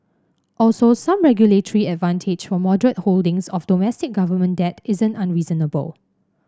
also some regulatory advantage for moderate holdings of domestic government debt isn't unreasonable